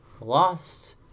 lost